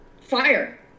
fire